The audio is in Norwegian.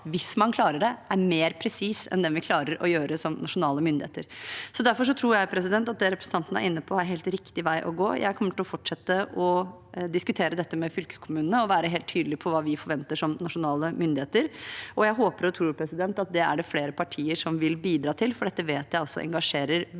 hvis man klarer det, er mer presis enn den vi klarer å gjøre som nasjonale myndigheter. Derfor tror jeg det representanten er inne på, er helt riktig vei å gå. Jeg kommer til å fortsette å diskutere dette med fylkeskommunene og være helt tydelig på hva vi forventer som nasjonale myndigheter. Det håper og tror jeg det er flere partier som vil bidra til, for dette vet jeg også engasjerer veldig